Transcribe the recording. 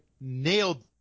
nailed